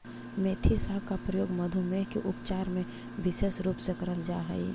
मेथी साग का प्रयोग मधुमेह के उपचार में विशेष रूप से करल जा हई